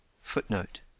Footnote